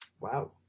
Wow